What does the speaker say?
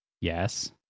yes